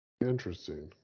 Interesting